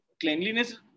cleanliness